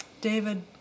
David